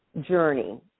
journey